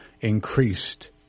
increased